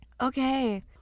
Okay